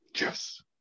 Yes